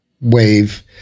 wave